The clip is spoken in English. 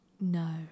No